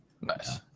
Nice